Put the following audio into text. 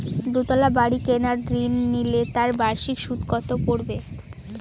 দুতলা বাড়ী কেনার ঋণ নিলে তার বার্ষিক সুদ কত পড়বে?